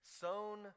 Sown